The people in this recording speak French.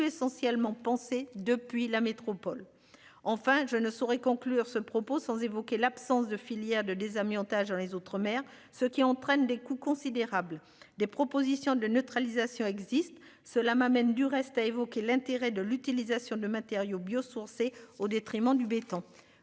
essentiellement pensé depuis la métropole, enfin je ne saurais conclure ce propos sans évoquer l'absence de filières de désamiantage dans les autres maires, ce qui entraîne des coûts considérables des propositions de neutralisation existe. Cela m'amène du reste à évoquer l'intérêt de l'utilisation de matériaux biosourcés au détriment du béton.